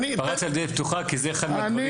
התפרצת לדלת פתוחה כי זה אחד מהדברים.